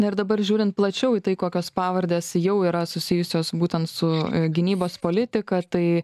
na ir dabar žiūrint plačiau į tai kokios pavardės jau yra susijusios būtent su gynybos politika tai